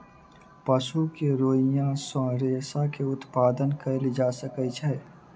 पशु के रोईँयाँ सॅ रेशा के उत्पादन कयल जा सकै छै